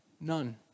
None